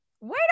Wait